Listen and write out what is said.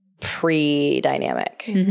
pre-dynamic